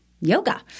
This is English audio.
yoga